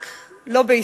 רק לא בישראל.